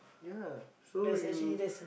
ya so you